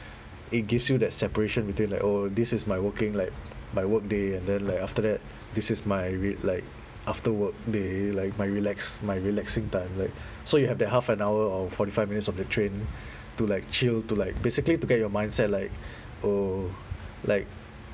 it gives you that separation between like oh this is my working like my work day and then like after that this is my r~ like after work day like my relax my relaxing time like so you have that half an hour or forty five minutes of the train to like chill to like basically to get your mindset like oh like